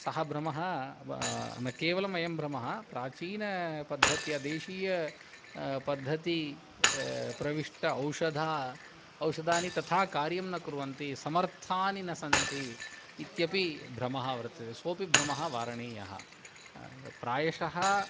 सः भ्रमः न केवलमयं भ्रमः प्राचीनपद्धत्या देशीय पद्धतेः प्रविष्ट औषधानि औषधानि तथा कार्यं न कुर्वन्ति समर्थानि न सन्ति इत्यपि भ्रमः वर्तते सोपि भ्रमः वारणीयः प्रायशः